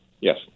yes